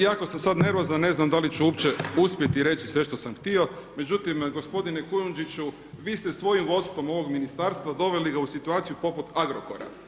Jako sam sada nervozan ne znam da li ću uopće uspjeti reći sve što sam htio, međutim gospodine Kujundžiću vi ste svojim vodstvom ovog ministarstva doveli ga u situaciju poput Agrokora.